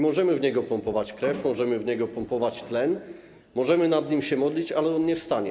Możemy w niego pompować krew, możemy w niego pompować tlen, możemy nad nim się modlić, ale on nie wstanie.